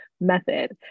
method